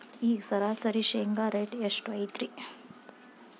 ಈಗ ಸರಾಸರಿ ಶೇಂಗಾ ರೇಟ್ ಎಷ್ಟು ಐತ್ರಿ?